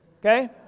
Okay